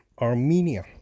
Armenia